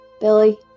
Billy